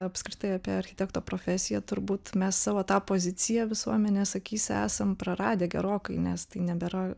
apskritai apie architekto profesiją turbūt mes savo tą poziciją visuomenės akyse esam praradę gerokai nes tai nebėra